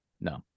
No